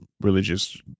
religious